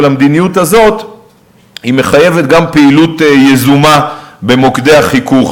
אבל המדיניות הזאת מחייבת גם פעילות יזומה במוקדי החיכוך,